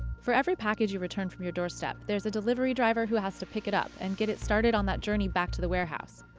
for every package you return from your doorstep, there's a delivery driver who has to pick it up and get it started on that journey back to the warehouse.